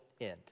end